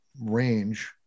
range